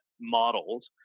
models